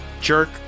jerk